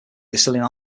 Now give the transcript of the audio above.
distilling